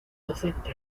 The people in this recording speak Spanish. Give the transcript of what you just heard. docente